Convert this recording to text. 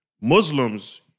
Muslims